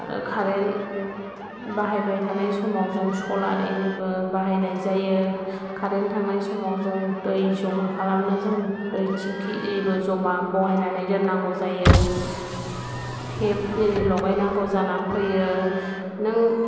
आरो कारेन्ट बाहायबाय थानाय समाव जों सलार एरिबो बाहायनाय जायो कारेन्ट थांनाय समाव जों दै जमा खालामनो जों दै थिंखि एरिबो जमा बहायनानै दोननांगौ जायो टेब एरि लगाइनांगौ जानानै फैयो नों